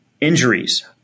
injuries